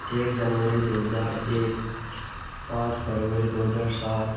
एक जनवरी दो हज़ार एक पाँच फरवरी दो हज़ार सात